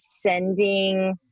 sending